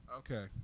Okay